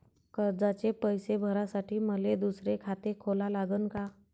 कर्जाचे पैसे भरासाठी मले दुसरे खाते खोला लागन का?